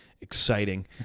exciting